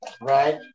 right